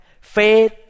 faith